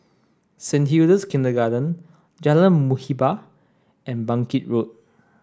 Saint Hilda's Kindergarten Jalan Muhibbah and Bangkit Road